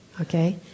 Okay